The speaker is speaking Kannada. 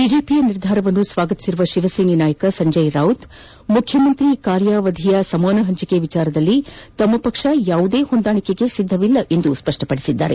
ಬಿಜೆಪಿಯ ನಿರ್ಧಾರವನ್ನು ಸ್ವಾಗತಿಸಿರುವ ಶಿವಸೇನೆ ನಾಯಕ ಸಂಜಯ್ ರಾವತ್ ಮುಖ್ಯಮಂತ್ರಿ ಕಾರ್್ಯಾವಧಿಯ ಸಮಾನ ಹಂಚಿಕೆ ವಿಷಯದಲ್ಲಿ ಪಕ್ಷ ಯಾವುದೇ ಹೊಂದಾಣಿಕೆಗೆ ಸಿದ್ದವಿಲ್ಲ ಎಂದು ಪುನರುಚ್ಚರಿಸಿದ್ದಾರೆ